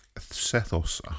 Sethos